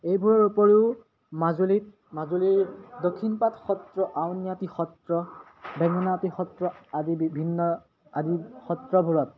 এইবোৰৰ উপৰিও মাজুলীত মাজুলীৰ দক্ষিণপাট সত্ৰ আউনীআটি সত্ৰ বেঙেনাআটি সত্ৰ আদি বিভিন্ন আদি সত্ৰবোৰত